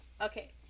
Okay